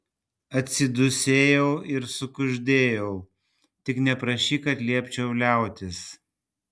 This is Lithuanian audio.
atsidūsėjau ir sukuždėjau tik neprašyk kad liepčiau liautis